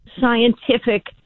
scientific